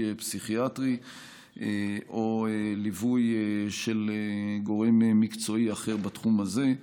פסיכיאטרי או ליווי של גורם מקצועי אחר בתחום הזה.